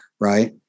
Right